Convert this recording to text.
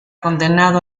condenado